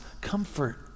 Comfort